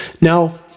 Now